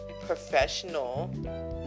professional